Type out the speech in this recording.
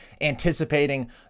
anticipating